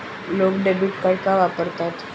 लोक debit card का वापरतात?